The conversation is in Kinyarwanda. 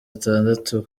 atandatu